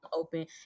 open